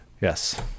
Yes